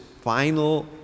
final